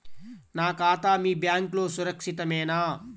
నా ఖాతా మీ బ్యాంక్లో సురక్షితమేనా?